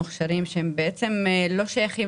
שהם בעצם לא שייכים